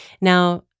Now